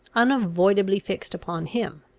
unavoidably fixed upon him.